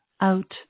out